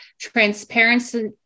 transparency